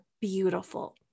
beautiful